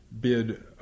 bid